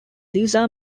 liza